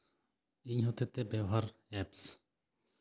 ᱤᱧ ᱦᱚᱛᱮᱡ ᱛᱮ ᱵᱮᱣᱦᱟᱨ ᱮᱯᱥ